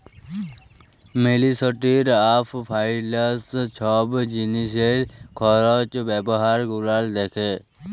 ministry of finance ছব জিলিসের খরচ ব্যাপার গুলান দ্যাখে